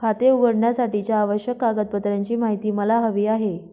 खाते उघडण्यासाठीच्या आवश्यक कागदपत्रांची माहिती मला हवी आहे